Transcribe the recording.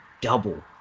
double